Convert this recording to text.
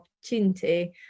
opportunity